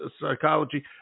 Psychology